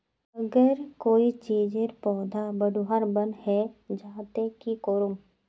अगर कोई चीजेर पौधा बढ़वार बन है जहा ते की करूम?